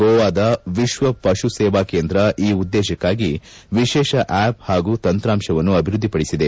ಗೋವಾದ ವಿಶ್ವ ಪಶು ಸೇವಾ ಕೇಂದ್ರ ಈ ಉದ್ದೇಶಕ್ಕಾಗಿ ವಿಶೇಷ ಆಪ್ ಹಾಗೂ ತಂತ್ರಾಂಶವನ್ನು ಅಭಿವೃದ್ದಿಪಡಿಸಿದೆ